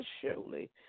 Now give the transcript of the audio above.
surely